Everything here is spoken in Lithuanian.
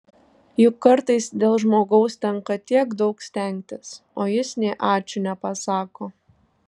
juk kartais dėl žmogaus tenka tiek daug stengtis o jis nė ačiū nepasako